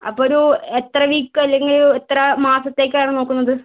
അപ്പോൾ ഒരു എത്ര വീക്ക് അല്ലെങ്കിൽ എത്ര മാസത്തേക്ക് ആണ് നോക്കുന്നത്